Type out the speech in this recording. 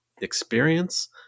experience